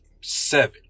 seven